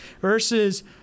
versus